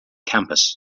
campus